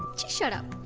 shut up.